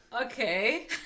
Okay